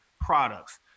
products